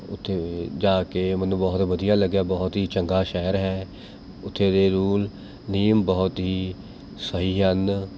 ਉੱਥੇ ਜਾ ਕੇ ਮੈਨੂੰ ਬਹੁਤ ਵਧੀਆ ਲੱਗਿਆ ਬਹੁਤ ਹੀ ਚੰਗਾ ਸ਼ਹਿਰ ਹੈ ਉੱਥੇ ਦੇ ਰੂਲ ਨਿਯਮ ਬਹੁਤ ਹੀ ਸਹੀ ਹਨ